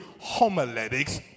homiletics